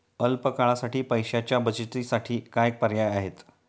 अल्प काळासाठी पैशाच्या बचतीसाठी काय पर्याय आहेत?